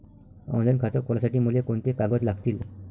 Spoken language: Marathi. ऑनलाईन खातं खोलासाठी मले कोंते कागद लागतील?